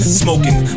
smoking